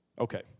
Okay